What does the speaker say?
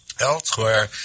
elsewhere